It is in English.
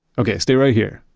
okay, stay right here.